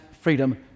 freedom